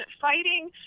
fighting